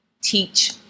teach